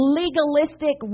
legalistic